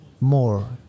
more